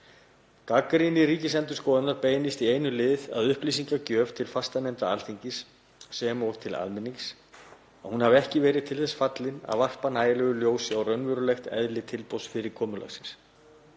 Gagnrýni Ríkisendurskoðunar beinist í einum lið að upplýsingagjöf til fastanefnda Alþingis sem og til almennings, að hún hafi ekki verið til þess fallin að varpa nægilegu ljósi á raunverulegt eðli tilboðsfyrirkomulagsins.